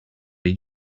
did